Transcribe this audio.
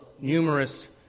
numerous